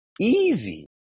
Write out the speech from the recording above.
Easy